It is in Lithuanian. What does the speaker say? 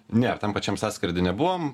ne tam pačiam sąskrydy nebuvom